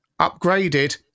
upgraded